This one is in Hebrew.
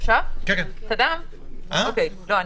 אני